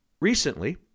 Recently